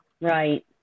Right